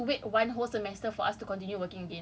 that will work with will be